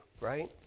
right